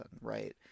right